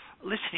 listening